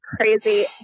crazy